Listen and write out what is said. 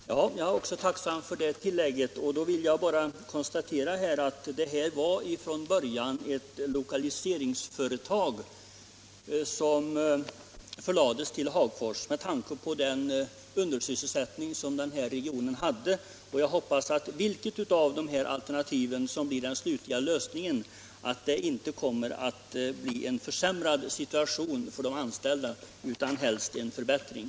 Herr talman! Jag är tacksam också för detta tillägg. Jag vill bara konstatera att det i det här fallet från början gällde ett lokaliseringsföretag, som förlades till Hagfors med tanke på den undersysselsättning som rådde i regionen. Jag hoppas att det, vilket av alternativen som än blir den slutliga lösningen, inte kommer att bli en försämrad situation för de anställda utan helst en förbättring.